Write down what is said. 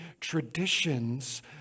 traditions